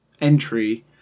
entry